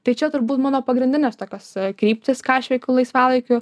tai čia turbūt mano pagrindinės tokios kryptys ką aš veikiu laisvalaikiu